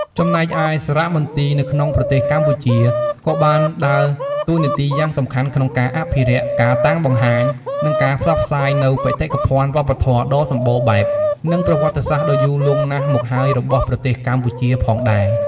ចំណែកឯសារមន្ទីរនៅក្នុងប្រទេសកម្ពុជា ក៏បានដើរតួនាទីយ៉ាងសំខាន់ក្នុងការអភិរក្ស កាតាំងបង្ហាញ និងការផ្សព្វផ្សាយនូវបេតិកភណ្ឌវប្បធម៌ដ៏សម្បូរបែប និងប្រវត្តិសាស្ត្រដ៏យូរលង់ណាស់មកហើយរបស់ប្រទេសកម្ពុជាផងដែរ។